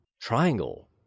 triangle